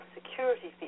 security